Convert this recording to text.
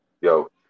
Yo